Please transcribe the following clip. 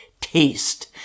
taste